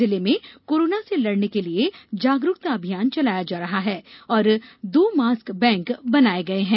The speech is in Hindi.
जिले में कोरोना से लड़ने के लिये जागरूकता अभियान चलाया जा रहा है और दो मास्क बैंक बनाए गये हैं